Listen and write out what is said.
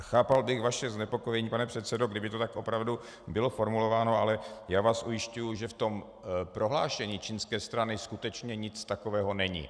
Chápal bych vaše znepokojení, pane předsedo, kdyby to tak opravdu bylo formulováno, ale já vás ujišťuji, že v tom prohlášení čínské strany skutečně nic takového není.